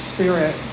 Spirit